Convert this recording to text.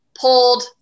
pulled